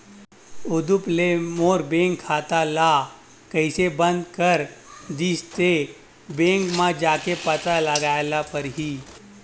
उदुप ले मोर बैंक खाता ल कइसे बंद कर दिस ते, बैंक म जाके पता लगाए ल परही